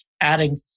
adding